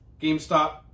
GameStop